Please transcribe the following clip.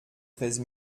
treize